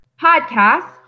Podcasts